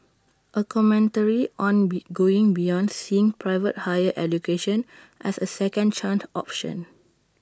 A commentary on be going beyond seeing private higher education as A second chance option